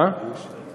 הוא חבר כנסת.